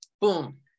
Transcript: Boom